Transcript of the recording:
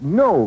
no